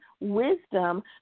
wisdom